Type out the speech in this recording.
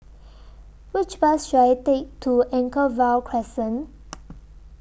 Which Bus should I Take to Anchorvale Crescent